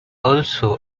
also